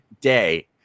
day